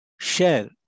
share